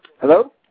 Hello